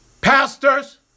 Pastors